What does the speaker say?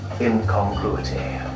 incongruity